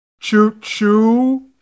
Choo-choo